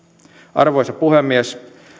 arvoisa puhemies